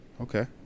Okay